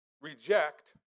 reject